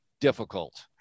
difficult